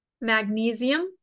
Magnesium